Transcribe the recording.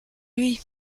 lui